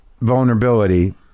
vulnerability